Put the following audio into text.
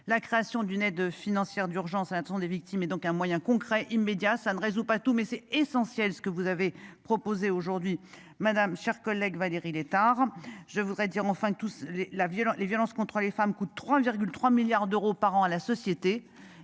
la création d'une aide financière d'urgence hein sont des victimes et donc un moyen concret immédiat ça ne résout pas tout, mais c'est essentiel ce que vous avez proposé aujourd'hui madame chère collègue Valérie Létard. Je voudrais dire enfin tous les la violence les violences contre les femmes coûte 3,3 milliards d'euros par an à la société